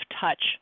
touch